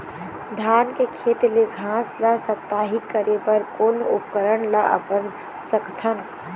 धान के खेत ले घास ला साप्ताहिक करे बर कोन उपकरण ला अपना सकथन?